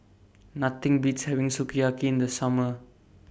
Nothing Beats having Sukiyaki in The Summer